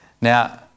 Now